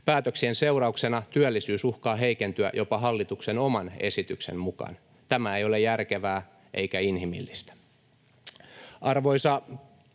Päätöksien seurauksena työllisyys uhkaa heikentyä jopa hallituksen oman esityksen mukaan. Tämä ei ole järkevää eikä inhimillistä. Arvoisa puhemies!